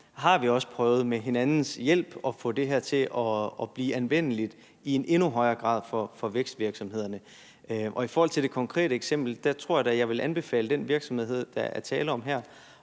har vi også prøvet med hinandens hjælp at få det her til at blive anvendeligt for vækstvirksomhederne i endnu højere grad. I forhold til det konkrete eksempel tror jeg da, at jeg vil anbefale den virksomhed, der er tale om her,